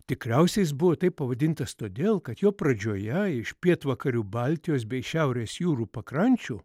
tikriausia jis buvo taip pavadintas todėl kad jo pradžioje iš pietvakarių baltijos bei šiaurės jūrų pakrančių